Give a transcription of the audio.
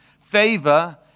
Favor